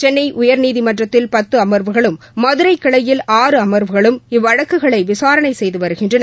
சென்னை உயா்நீமன்றத்தில் பத்து அமா்வுகளும் மதுரை கிளையில் ஆறு அமா்வுகளும் இவ்வழக்குகளை விசாரணை செய்து வருகின்றன